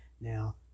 Now